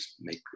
make